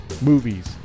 movies